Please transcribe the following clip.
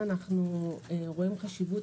לפני שהוא יוצא לשוק,